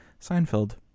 Seinfeld